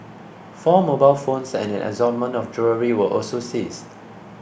four mobile phones and an assortment of jewellery were also seized